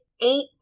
eight